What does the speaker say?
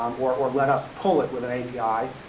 um or or let us pull it with an api.